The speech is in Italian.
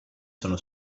sono